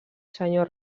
senyor